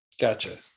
gotcha